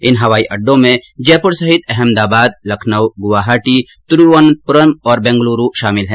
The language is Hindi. इन हवाई अड्डों में जयपुर सहित अहमदाबाद लखनऊ गुवाहाटी तिरूवनंतप्रम और बैंगलुरू शामिल है